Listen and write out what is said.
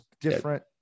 different